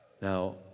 Now